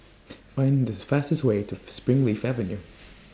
Find This fastest Way to Springleaf Avenue